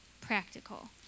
practical